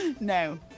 no